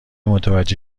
متوجه